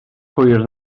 hwyr